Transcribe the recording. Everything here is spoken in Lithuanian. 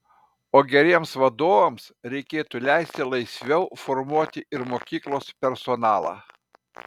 o geriems vadovams reikėtų leisti laisviau formuoti ir mokyklos personalą